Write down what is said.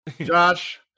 Josh